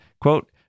quote